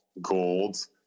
gold